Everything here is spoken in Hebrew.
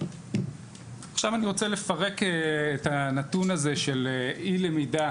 עכשיו אני רוצה לפרק את הנתון הזה של אי למידה